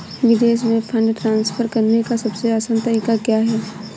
विदेश में fund transfer करने का सबसे आसान तरीका क्या है?